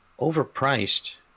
overpriced